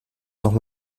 noch